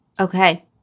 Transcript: Okay